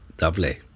Lovely